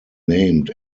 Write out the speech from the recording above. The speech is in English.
named